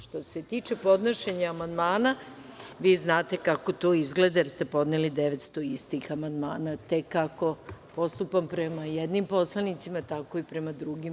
Što se tiče podnošenja amandmana, vi znate kako to izgleda jer ste podneli 900 istih amandmana, te kako postupam prema jednim poslanicima tako i prema drugim.